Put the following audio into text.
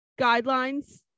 guidelines